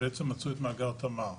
מצאו את מאגר "תמר".